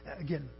again